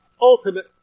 ultimate